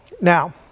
Now